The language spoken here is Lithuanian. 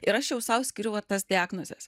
ir aš jau sau skiriu va tas diagnozes